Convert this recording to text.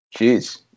Jeez